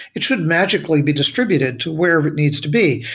it should magically be distributed to where it needs to be.